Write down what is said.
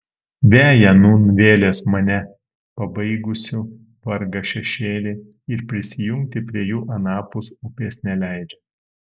veja nūn vėlės mane pabaigusių vargą šešėliai ir prisijungti prie jų anapus upės neleidžia